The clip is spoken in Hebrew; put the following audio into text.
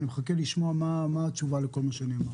אני מחכה לשמוע מה התשובה לכל מה שאני אומר.